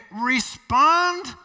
Respond